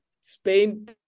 Spain